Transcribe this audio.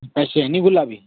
आकाशी आणि गुलाबी